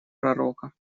пророка